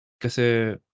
Kasi